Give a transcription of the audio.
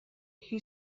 who